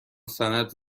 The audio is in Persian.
سند